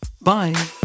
Bye